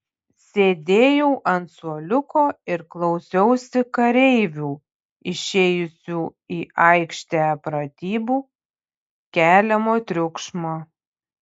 sėdėjau ant suoliuko ir klausiausi kareivių išėjusių į aikštę pratybų keliamo triukšmo